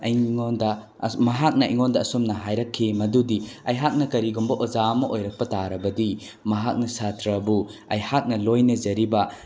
ꯑꯩꯉꯣꯟꯗ ꯃꯍꯥꯛꯅ ꯑꯩꯉꯣꯟꯗ ꯑꯁꯨꯝꯅ ꯍꯥꯏꯔꯛꯈꯤ ꯃꯗꯨꯗꯤ ꯑꯩꯍꯥꯛꯅ ꯀꯔꯤꯒꯨꯝꯕ ꯑꯣꯖꯥ ꯑꯃ ꯑꯣꯏꯔꯛꯄ ꯇꯥꯔꯕꯗꯤ ꯃꯍꯥꯛꯅ ꯁꯥꯇ꯭ꯔꯕꯨ ꯑꯩꯍꯥꯛꯅ ꯂꯣꯏꯅꯖꯔꯤꯕ